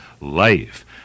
life